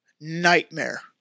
nightmare